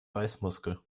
beißmuskel